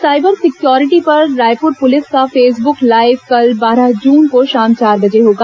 cyber security पर Raipur police का Facebook live कल बारह जून को शाम चार बजे होगा